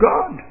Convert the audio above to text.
God